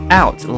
out